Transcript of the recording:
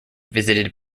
visited